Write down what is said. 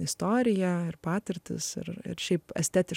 istorija ir patirtis ir šiaip estetika